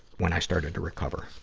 when i started to recover.